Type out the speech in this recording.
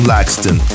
Laxton